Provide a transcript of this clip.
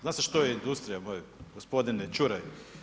Zna se što je industrija moj gospodine Čuraj.